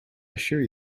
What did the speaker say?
assure